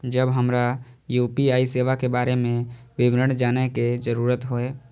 जब हमरा यू.पी.आई सेवा के बारे में विवरण जानय के जरुरत होय?